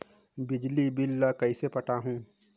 बिजली बिल ल कइसे पटाहूं?